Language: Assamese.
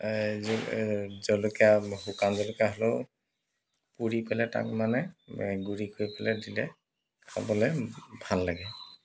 জলকীয়া শুকান জলকীয়া হ'লেও পুৰি পেলাই তাক মানে গুড়ি কৰি পেলাই দিলে খাবলৈ ভাল লাগে